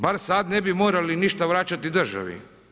Bar sad ne bi morali ništa vraćati državi.